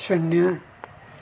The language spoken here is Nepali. शून्य